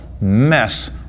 mess